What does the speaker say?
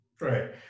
Right